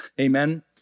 amen